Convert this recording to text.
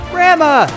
Grandma